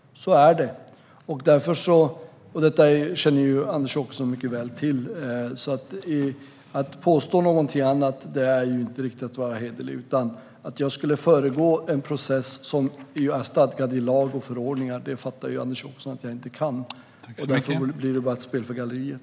Anders Åkesson känner mycket väl till allt detta, och att påstå något annat är inte riktigt hederligt. Han fattar att jag inte kan föregå en process som är stadgad i lag och förordningar. Därför blir detta bara ett spel för galleriet.